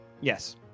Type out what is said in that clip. yes